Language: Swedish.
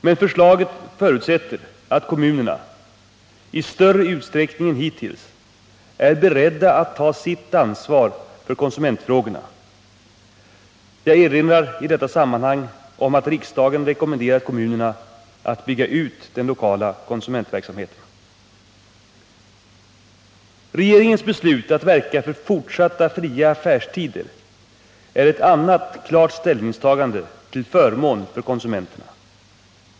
Men förslaget förutsätter att kommunerna i större utsträckning än hittills är beredda att ta sitt ansvar för konsumentfrågor. Jag erinrar i detta sammanhang om att riksdagen rekommenderat kommunerna att bygga ut den lokala konsumentverksamheten. Regeringens beslut att verka för fortsatta fria affärstider är ett annat klart ställningstagande till förmån för konsumenterna.